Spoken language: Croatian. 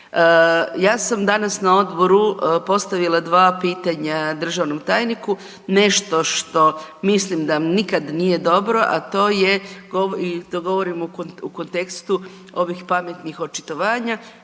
Ja sam danas na odboru postavila dva pitanja državnom tajniku, nešto što mislim da nikad nije dobro, a to je i to govorim u kontekstu ovih pametnih očitovanja,